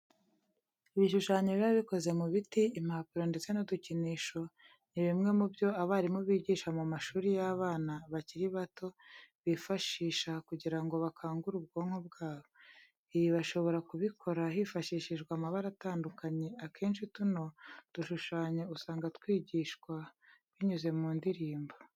Ibishushanyo biba bikoze mu biti, impapuro ndetse n'udukinisho ni bimwe mu byo abarimu bigisha mu mashuri y'abana bakiri bato bifashisha kugira ngo bakangure ubwonko bwabo. Ibi bashobora kubikora hifashishijwe amabara atandukanye, akenshi tuno dushushanyo usanga twigishwa binyuze mu ndirimbo.